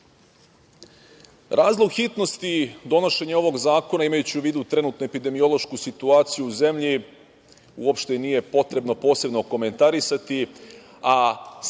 počini. Razlog hitnosti donošenja ovog zakona, imajući u vidu trenutnu epidemiološku situaciju u zemlji, uopšte nije potrebno posebno komentarisati,